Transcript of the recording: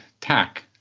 tack